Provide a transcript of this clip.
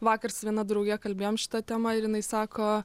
vakar su viena drauge kalbėjom šita tema ir jinai sako